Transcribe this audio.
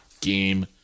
Game